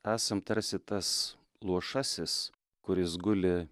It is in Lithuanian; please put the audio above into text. esam tarsi tas luošasis kuris guli